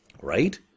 right